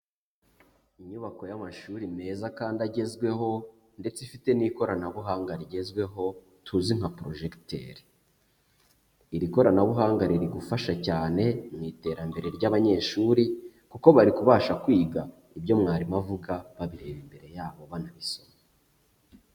Inyubako y'amashuri meza kandi agezweho ndetse ifite n'ikoranabuhanga rigezweho tuzi nka porojekiteri, iri koranabuhanga riri gufasha cyane mu iterambere ry'abanyeshuri kuko bari kubasha kwiga, ibyo mwarimu avuga babireba imbere yabo banabisoma.